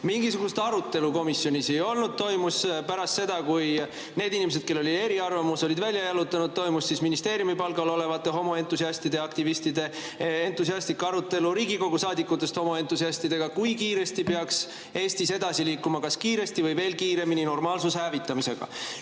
Mingisugust arutelu komisjonis ei olnud. Pärast seda, kui need inimesed, kellel oli eriarvamus, olid välja jalutanud, toimus ministeeriumi palgal olevate homoentusiastide ja ‑aktivistide entusiastlik arutelu Riigikogu saadikutest homoentusiastidega, kui kiiresti peaks Eestis edasi liikuma normaalsuse hävitamisega: